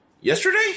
yesterday